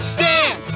stand